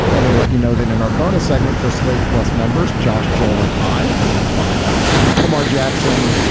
wanted to let you know that in our bonus segment for slate plus members josh, joel and i will talk about lamar jackson,